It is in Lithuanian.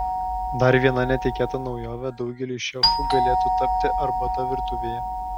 dar viena netikėta naujove daugeliui šefų galėtų tapti arbata virtuvėje